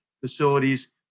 facilities